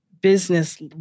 business